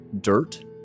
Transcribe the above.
dirt